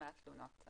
מהתלונות.